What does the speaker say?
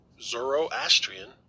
Zoroastrian